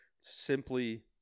simply